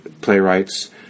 playwrights